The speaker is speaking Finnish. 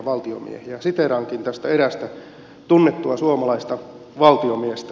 siteeraankin tästä erästä tunnettua suomalaista valtiomiestä